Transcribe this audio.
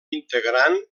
integrant